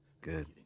Good